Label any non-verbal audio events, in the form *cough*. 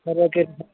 *unintelligible*